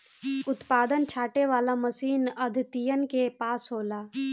उत्पादन छाँटे वाला मशीन आढ़तियन के पास होला